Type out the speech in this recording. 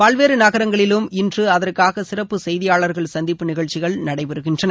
பல்வேறு நகரங்களிலும் இன்று அகற்காக சிறப்பு செய்தியாளர்கள் சந்திப்பு நிகழ்ச்சிகள் நடைபெறுகின்றன